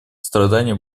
страдания